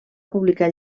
publicar